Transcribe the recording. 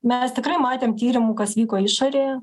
mes tikrai matėm tyrimų kas vyko išorėje